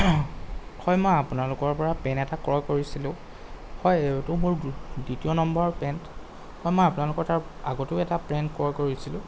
হয় মই আপোনালোকৰ পৰা পেণ্ট এটা ক্ৰয় কৰিছিলোঁ হয় এইটো মোৰ দ্বিতীয় নম্বৰৰ পেণ্ট হয় মই আপোনালোকৰ তাত আগতেও এটা পেণ্ট ক্ৰয় কৰিছিলোঁ